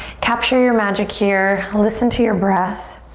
capture your magic here. listen to your breath.